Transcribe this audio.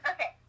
Okay